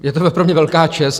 Je to pro mě velká čest...